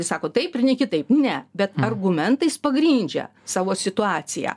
sako taip ir ne kitai ne bet argumentais pagrindžia savo situaciją